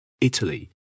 Italy